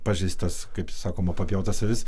pažeistas kaip sakoma papjautas avis